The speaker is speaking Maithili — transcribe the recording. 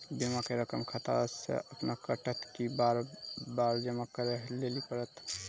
बीमा के रकम खाता से अपने कटत कि बार बार जमा करे लेली पड़त?